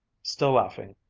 still laughing,